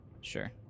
Sure